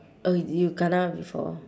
oh you kena before